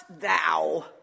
thou